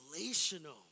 relational